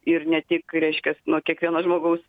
ir ne tik reiškias nuo kiekvieno žmogaus